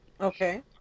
Okay